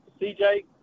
CJ